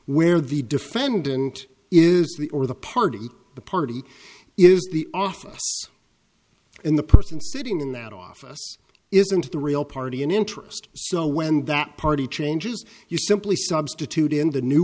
where the defendant is the or the party the party is the office in the person sitting in that office isn't the real party in interest so when that party changes you simply substitute in the new